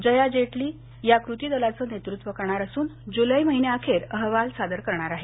जया जेटली या कृती दलाचं नेतृत्व करणार असून जुलै महिन्याअखेर अहवाल सादर करणार आहेत